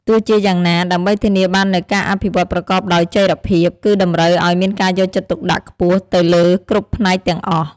ទោះជាយ៉ាងណា ដើម្បីធានាបាននូវការអភិវឌ្ឍប្រកបដោយចីរភាព គឺតម្រូវឲ្យមានការយកចិត្តទុកដាក់ខ្ពស់ទៅលើគ្រប់ផ្នែកទាំងអស់។